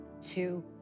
two